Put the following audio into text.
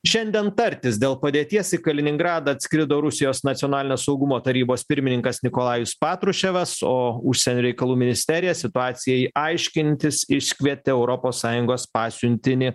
šiandien tartis dėl padėties į kaliningradą atskrido rusijos nacionalinio saugumo tarybos pirmininkas nikolajus patruševas o užsienio reikalų ministerija situacijai aiškintis iškvietė europos sąjungos pasiuntinį